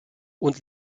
und